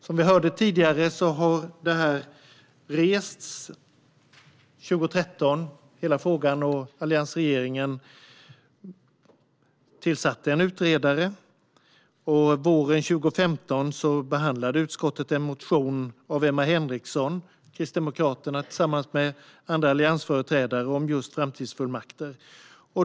Som vi hörde tidigare restes frågan 2013, och alliansregeringen tillsatte en utredare. Våren 2015 behandlade utskottet en motion av Emma Henriksson, Kristdemokraterna, tillsammans med andra alliansföreträdare om just framtidsfullmakter.